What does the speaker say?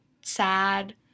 sad